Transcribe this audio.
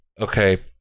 okay